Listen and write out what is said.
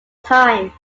time